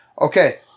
Okay